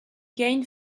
gained